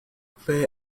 fair